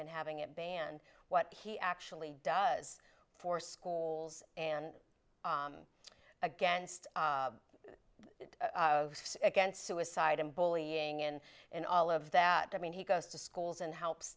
and having it banned what he actually does for school and against against suicide and bullying and and all of that i mean he goes to schools and helps